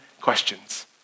questions